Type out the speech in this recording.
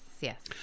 yes